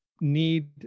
need